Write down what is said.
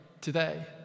today